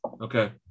Okay